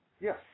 Yes